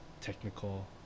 technical